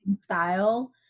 style